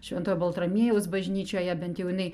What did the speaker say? šventojo baltramiejaus bažnyčioje bent jau jinai